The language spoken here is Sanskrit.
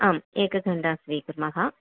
आम् एकघण्टां स्वीकुर्मः